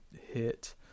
hit